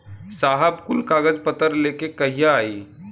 साहब कुल कागज पतर लेके कहिया आई?